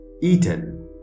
eaten